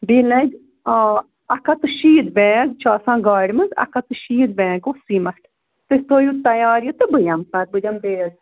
بیٚیہِ لگہِ آ اکھ ہَتھ تہٕ شیٖتھ بیگ چھِ آسان گاڑِ منٛز اَکھ ہَتھ تہٕ شیٖتھ بیگ گوٚو سیٖمَٹھ تُہۍ تھٲوِو تیار یہِ تہٕ بہٕ یِمہٕ پَتہٕ بہٕ دِمہٕ